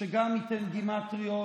ג'ון דיר?